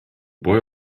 boy